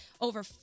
Over